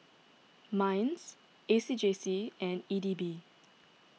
Minds A C J C and E D B